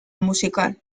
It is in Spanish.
musical